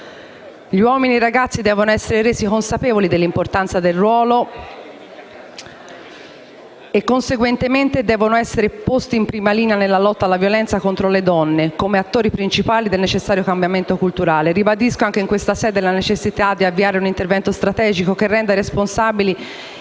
Gli uomini e i ragazzi devono essere resi consapevoli dell'importanza del ruolo e conseguentemente devono essere posti in prima linea nella lotta alla violenza contro le donne come attori principali del necessario cambiamento culturale. Ribadisco anche in questa sede la necessità di avviare un intervento strategico che renda responsabili